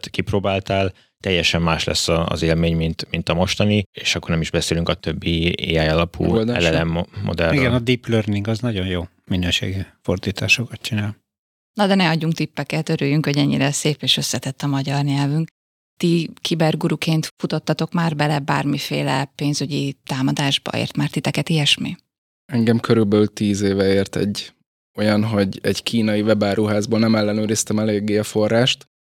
kipróbáltál, teljesen más lesz a- az élmény, mint- mint a mostani, és akkor nem is beszélünk a többi AI alapú Megoldásról. LLM mo- modellről. Igen, a deep learning az nagyon jó minőségi fordításokat csinál. Na de ne adjunk tippeket, örüljünk, hogy ennyire szép és összetett a magyar nyelvünk. Ti kiberguruként futottatok már bele bármiféle pénzügyi támadásba? Ért már titeket ilyesmi? Engem körülbelül 10 éve ért egy olyan, hogy egy kínai webáruházból nem ellenőriztem eléggé a forrást.